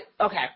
okay